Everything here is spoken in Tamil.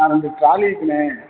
நான் வந்து காலேஜ்ண்ணே